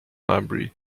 library